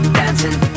dancing